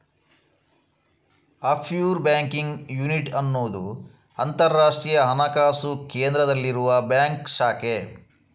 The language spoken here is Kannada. ಆಫ್ಶೋರ್ ಬ್ಯಾಂಕಿಂಗ್ ಯೂನಿಟ್ ಅನ್ನುದು ಅಂತರಾಷ್ಟ್ರೀಯ ಹಣಕಾಸು ಕೇಂದ್ರದಲ್ಲಿರುವ ಬ್ಯಾಂಕ್ ಶಾಖೆ